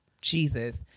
Jesus